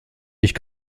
ich